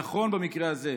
נכון במקרה הזה,